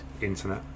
internet